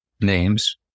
names